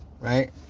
right